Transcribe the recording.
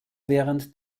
während